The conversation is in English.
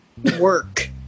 work